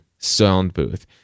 Soundbooth